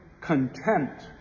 contempt